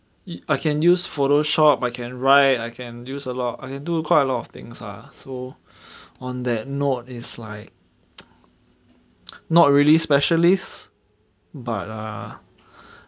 I can use photoshop I can write I can use a lot of I can do quite a lot of things lah so on that note is like not really specialist but ah